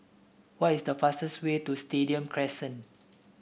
what is the fastest way to Stadium Crescent